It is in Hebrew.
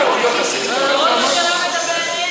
כשראש ממשלה מדבר אין